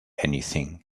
anything